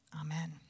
Amen